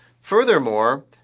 furthermore